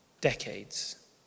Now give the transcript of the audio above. Decades